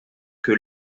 que